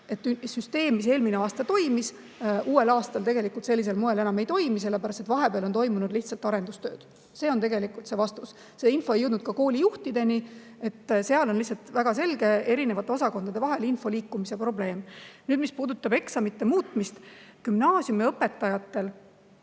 et süsteem, mis eelmine aasta toimis, uuel aastal tegelikult sellisel moel enam ei toimi, kuna vahepeal on toimunud lihtsalt arendustööd. See on tegelikult vastus. See info ei jõudnud ka koolijuhtideni, seal oli lihtsalt väga selge erinevate osakondade vahel info liikumise probleem. Mis puudutab eksamite muutmist, siis gümnaasiumiõpetajatel